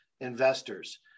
investors